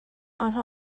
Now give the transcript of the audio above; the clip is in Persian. آنها